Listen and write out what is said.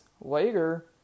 later